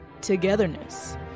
togetherness